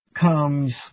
comes